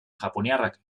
japoniarrak